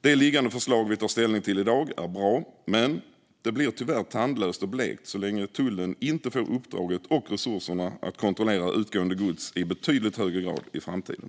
Det liggande förslag vi tar ställning till i dag är bra, men det blir tyvärr tandlöst och blekt om tullen inte får uppdraget och resurserna att kontrollera utgående gods i betydligt högre grad i framtiden.